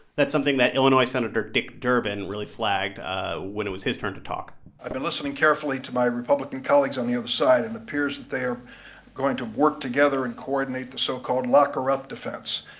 that's something that illinois senator dick durbin really flagged when it was his turn to talk i've been listening carefully to my republican colleagues on the other side, and it appears that they're going to work together and coordinate the so-called lock-her-up defense.